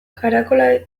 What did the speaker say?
karakola